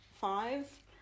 Five